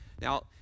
Now